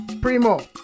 Primo